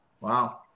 Wow